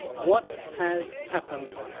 what has happened.